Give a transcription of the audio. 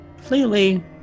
clearly